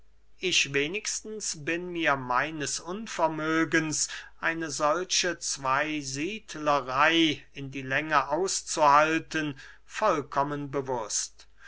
ich wenigstens bin mir meines unvermögens eine solche zweysiedlerey in die länge auszuhalten vollkommen bewußt